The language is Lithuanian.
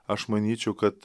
aš manyčiau kad